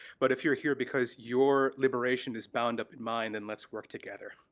but if you're here because your liberation is bound up in mine then let's work together.